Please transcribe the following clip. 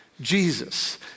Jesus